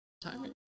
timing